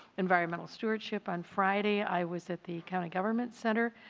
environmental stewardship. on friday i was at the county government center